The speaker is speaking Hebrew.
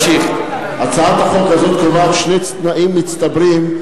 הצעת החוק הזאת קובעת שני תנאים מצטברים,